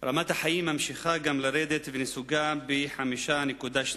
גם רמת החיים ממשיכה לרדת, ונסוגה ב-5.2%.